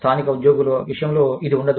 స్థానిక ఉద్యోగుల విషయంలో ఇది ఉండదు